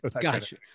Gotcha